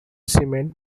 cement